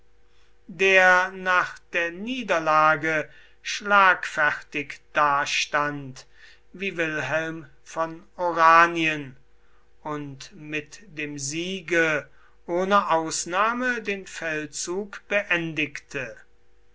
der nach der niederlage schlagfertig dastand wie wilhelm von oranien und mit dem siege ohne ausnahme den feldzug beendigte